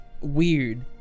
weird